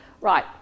Right